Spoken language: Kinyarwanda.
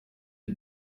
iri